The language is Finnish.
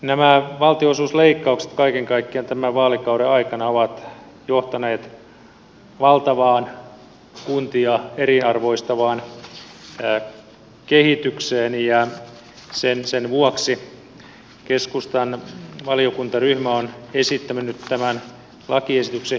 nämä valtionosuusleikkaukset kaiken kaikkiaan tämän vaalikauden aikana ovat johtaneet valtavaan kuntia eriarvoistavaan kehitykseen ja sen vuoksi keskustan valiokuntaryhmä on esittänyt tämän lakiesityksen hylkäämistä